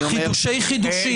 חידושי חידושים.